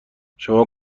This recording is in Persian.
شما